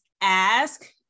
ask